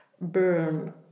burn